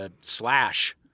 Slash